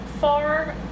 far